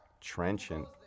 trenchant